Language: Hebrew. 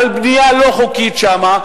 על בנייה לא חוקית שם,